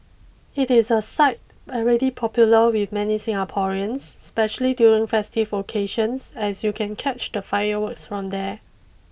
it is a site already popular with many Singaporeans especially during festive occasions as you can catch the fireworks from there